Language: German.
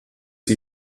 sie